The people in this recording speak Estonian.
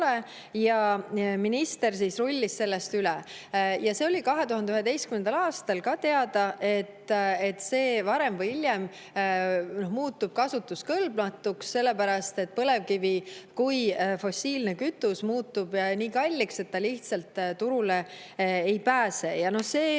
ja minister rullis sellest üle. See oli 2011. aastal ka teada, et see varem või hiljem muutub kasutuskõlbmatuks, sellepärast et põlevkivi kui fossiilne kütus muutub nii kalliks, et ta lihtsalt turule ei pääse.